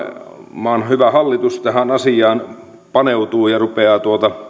maan hyvä hallitus tähän asiaan paneutuu ja rupeaa